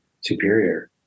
superior